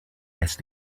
less